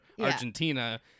Argentina